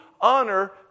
honor